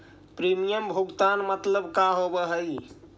Premium भुगतान मतलब का होव हइ?